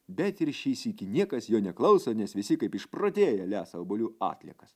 bet ir šį sykį niekas jo neklauso nes visi kaip išprotėję lesa obuolių atliekas